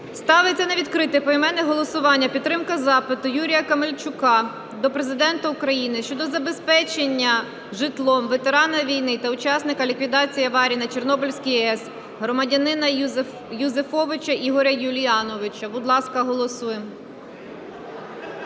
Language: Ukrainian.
Ставиться на відкрите поіменне голосування підтримка запиту Юрія Камельчука до Президента України щодо забезпечення житлом ветерана війни та учасника ліквідації аварії на Чорнобильській АЕС громадянина Юзефовича Ігоря Юліановича. Будь ласка, голосуємо.